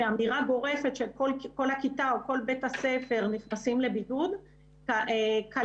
שהאמירה גורפת של כל הכיתה או כל בית הספר נכנסים לבידוד כללה